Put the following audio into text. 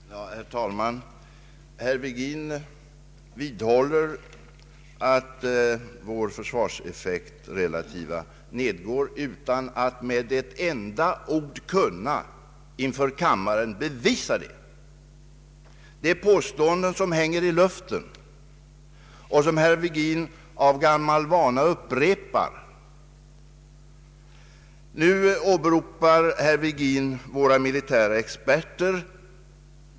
Herr talman! Herr Virgin vidhåller att vår relativa försvarseffekt nedgår, dock utan att med ett enda ord kunna inför kammaren bevisa detta. Det är påståenden som hänger i luften och som herr Virgin av gammal vana upprepar. Nu åberopar herr Virgin våra militära experter.